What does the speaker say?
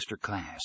masterclass